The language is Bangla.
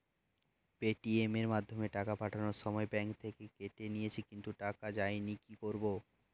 পেটিএম এর মাধ্যমে টাকা পাঠানোর সময় ব্যাংক থেকে কেটে নিয়েছে কিন্তু টাকা যায়নি কি করব?